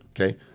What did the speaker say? Okay